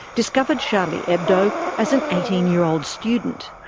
discovered charlie hebdo as an eighteen year old student.